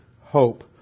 hope